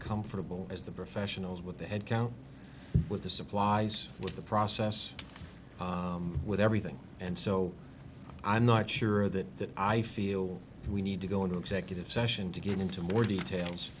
comfortable as the professionals with the head count with the supplies with the process with everything and so i'm not sure that i feel we need to go into executive session to get into more